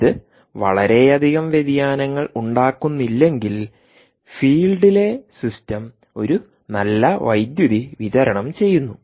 ഇത് വളരെയധികം വ്യതിയാനങ്ങൾ ഉണ്ടാക്കുന്നില്ലെങ്കിൽ ഫീൽഡിലെ സിസ്റ്റം ഒരു നല്ല വൈദ്യുതി വിതരണം ചെയ്യുന്നു